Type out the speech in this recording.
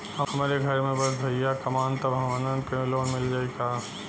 हमरे घर में बस भईया कमान तब हमहन के लोन मिल जाई का?